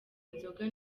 inzoga